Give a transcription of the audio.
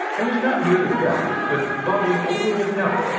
i was not merely well, but bubbling over with health.